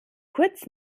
kurz